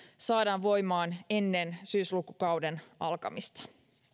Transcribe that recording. saadaan voimaan ennen syyslukukauden alkamista